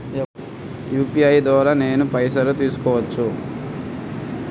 UPI ద్వారా నేను పైసలు తీసుకోవచ్చా?